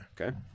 okay